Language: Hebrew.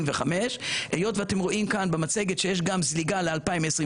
2025. היות ואתם רואים כאן במצגת שיש כאן זליגה ל-2026,